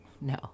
No